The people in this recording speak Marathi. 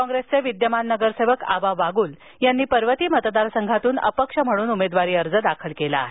काँग्रेसचे विद्यमान नगरसेवक आबा बाग्ल यांनी पर्वती मतदार संघातून अपक्ष म्हणून उमेदवारी अर्ज दाखल केला आहे